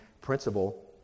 principle